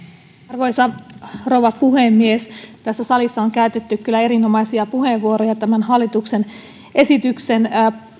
arvoisa rouva puhemies tässä salissa on käytetty kyllä erinomaisia puheenvuoroja hallituksen esityksen